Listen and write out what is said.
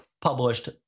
published